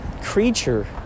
creature